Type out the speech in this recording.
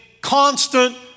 constant